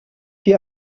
dir